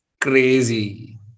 Crazy